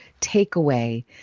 takeaway